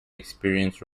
experience